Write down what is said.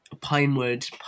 Pinewood